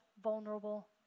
vulnerable